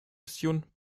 mission